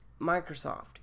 Microsoft